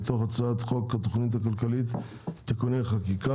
מתוך הצעת חוק התוכנית הכלכלית (תיקוני חקיקה